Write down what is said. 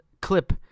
clip